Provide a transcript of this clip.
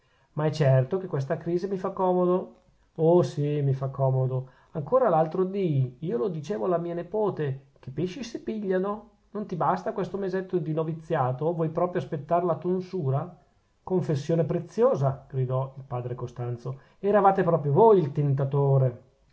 ma è certo che questa crise mi fa comodo oh sì mi fa comodo ancora l'altro dì io lo dicevo alla mia nepote che pesci si pigliano non ti basta questo mesetto di noviziato vuoi proprio aspettar la tonsura confessione preziosa gridò il padre costanzo eravate proprio voi il tentatore